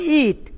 eat